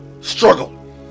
Struggle